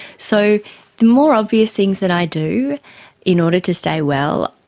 so the more obvious things that i do in order to stay well,